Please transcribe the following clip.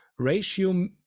Ratio